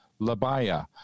labaya